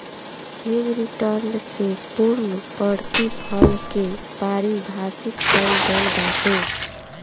hedge return से पूर्णप्रतिफल के पारिभाषित कईल गईल बाटे